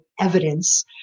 evidence